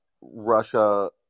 Russia